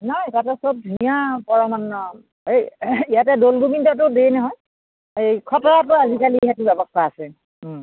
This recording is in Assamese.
নাই তাতে চব ধুনীয়া পৰমান্ন এই ইয়াতে দ'ল গোবিন্দটো দিয়ে নহয় এই খটৰাতো আজিকালি সেইটো ব্যৱস্থা আছে